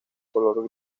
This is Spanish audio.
color